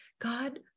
God